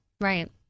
right